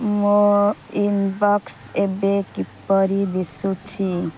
ମୋ ଇନବକ୍ସ ଏବେ କିପରି ଦିଶୁଛି